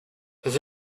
his